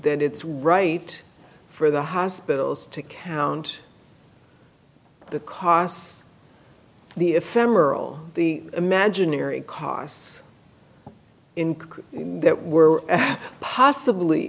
that it's right for the hospitals to count the costs the ephemeral the imaginary costs incurred that were possibly